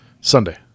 Sunday